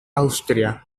austria